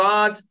God